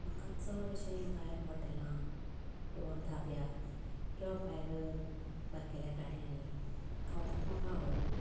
म्हाका चड अशे भायर हॉटेलांत किंवा दाब्यार किंवा भायर बारकेल्या गाड्यांनी खावपाक म्हाका आवडना